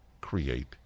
create